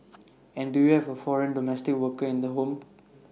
and do you have A foreign domestic worker in the home